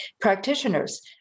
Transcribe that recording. practitioners